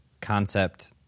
concept